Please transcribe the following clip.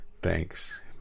Thanks